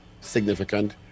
significant